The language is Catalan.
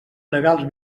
legals